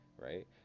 right